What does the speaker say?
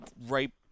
right